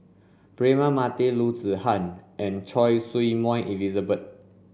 Braema Mathi Loo Zihan and Choy Su Moi Elizabeth